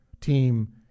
team